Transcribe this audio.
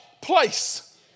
place